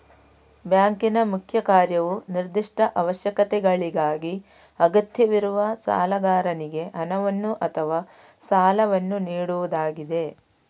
ಬ್ಯಾಂಕಿನ ಮುಖ್ಯ ಕಾರ್ಯವು ನಿರ್ದಿಷ್ಟ ಅವಶ್ಯಕತೆಗಳಿಗಾಗಿ ಅಗತ್ಯವಿರುವ ಸಾಲಗಾರನಿಗೆ ಹಣವನ್ನು ಅಥವಾ ಸಾಲವನ್ನು ನೀಡುವುದಾಗಿದೆ